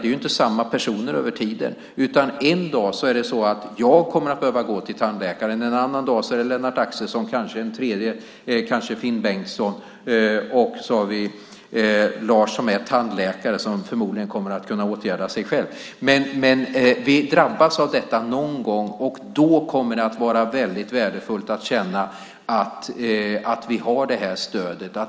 Det är inte samma personer över tiden. En dag är det jag som kommer att behöva gå till tandläkaren. En annan dag är det Lennart Axelsson, och en tredje dag kanske det är Finn Bengtsson. Och så har vi Lars som är tandläkare, som förmodligen kommer att kunna åtgärda sig själv. Vi drabbas av detta någon gång, och då kommer det att vara väldigt värdefullt att känna att vi har det här stödet.